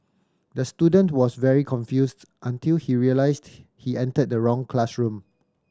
the student was very confused until he realised he entered the wrong classroom